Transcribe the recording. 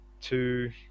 two